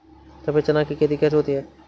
सफेद चना की खेती कैसे होती है?